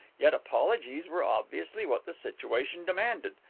yet apologies were obviously what the situation demanded.